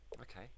Okay